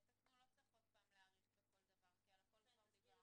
תיקון טכני.